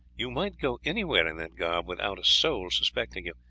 you might go anywhere in that garb without a soul suspecting you.